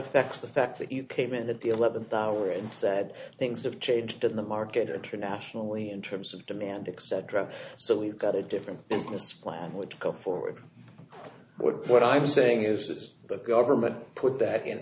affects the fact that you came in at the eleventh hour and said things have changed in the market internationally in terms of demand excedrin so we've got a different business plan would come forward with what i'm saying is the government put that in